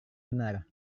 benar